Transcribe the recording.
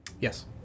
Yes